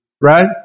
Right